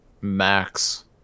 Max